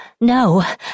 no